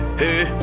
hey